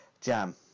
Jam